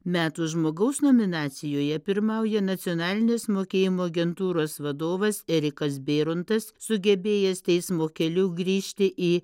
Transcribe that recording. metų žmogaus nominacijoje pirmauja nacionalinės mokėjimo agentūros vadovas erikas bėrontas sugebėjęs teismo keliu grįžti į